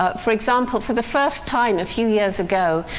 ah for example, for the first time, a few years ago,